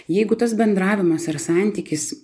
jeigu tas bendravimas ir santykis